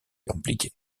compliquée